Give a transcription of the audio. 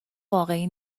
واقعی